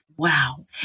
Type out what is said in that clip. Wow